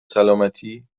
سالمتی